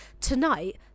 tonight